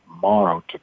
tomorrow